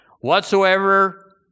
Whatsoever